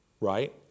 right